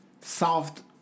soft